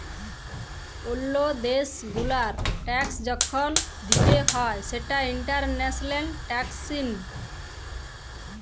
ওল্লো দ্যাশ গুলার ট্যাক্স যখল দিতে হ্যয় সেটা ইন্টারন্যাশনাল ট্যাক্সএশিন